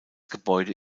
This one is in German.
gebäude